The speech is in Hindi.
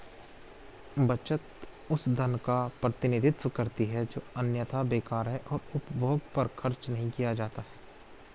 बचत उस धन का प्रतिनिधित्व करती है जो अन्यथा बेकार है और उपभोग पर खर्च नहीं किया जाता है